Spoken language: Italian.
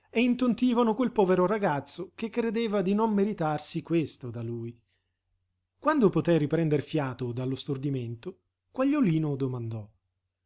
e intontivano quel povero ragazzo che credeva di non meritarsi questo da lui quando poté riprender fiato dallo stordimento quagliolino domandò